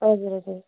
हजुर हजुर